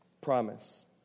promise